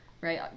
right